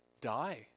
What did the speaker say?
die